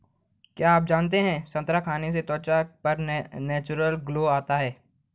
क्या आप जानते है संतरा खाने से त्वचा पर नेचुरल ग्लो आता है?